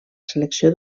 selecció